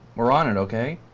we're on it, okay?